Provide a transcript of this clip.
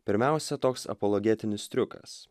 pirmiausia toks apologetinis triukas